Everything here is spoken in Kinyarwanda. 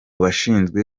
bashinzwe